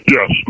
Yes